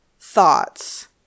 thoughts